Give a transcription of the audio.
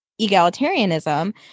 egalitarianism